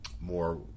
more